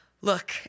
Look